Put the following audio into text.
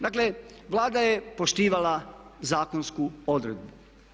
Dakle, Vlada je poštivala zakonsku odredbu.